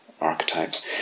archetypes